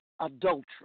adultery